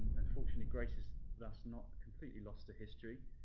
and, fortunately, grace is thus not completely lost to history.